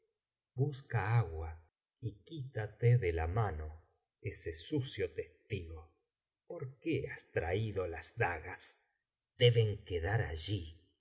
busca agua y quítate de la mano ese sucio testigo por qué has traído las dagas deben quedar allí